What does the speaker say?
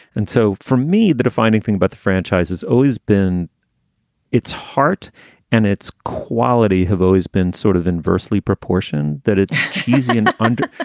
and so for me, the defining thing about the franchise has always been its heart and its quality have always been sort of inversely proportion that it's cheesy and under.